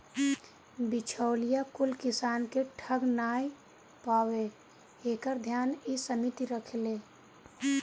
बिचौलिया कुल किसान के ठग नाइ पावे एकर ध्यान इ समिति रखेले